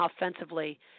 offensively